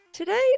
Today